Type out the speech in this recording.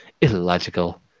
illogical